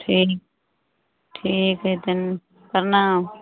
ठीक ठीक हइ तहन प्रणाम